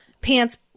pants